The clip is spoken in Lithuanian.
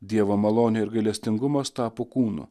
dievo malonė ir gailestingumas tapo kūnu